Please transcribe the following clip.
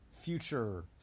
future